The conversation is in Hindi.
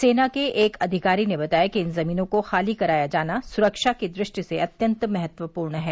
सेना के एक अधिकारी ने बताया कि इन जमीनों को खाली कराया जाना सुरक्षा की दृष्टि से अत्यन्त महत्वपूर्ण है